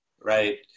right